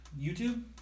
YouTube